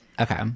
Okay